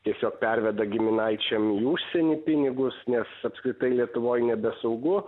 tiesiog perveda giminaičiam į užsienį pinigus nes apskritai lietuvoj nebesaugu